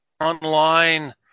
online